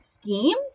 scheme